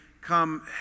come